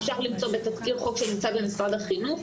אפשר למצוא בתזכיר חוק שנמצא במשרד החינוך,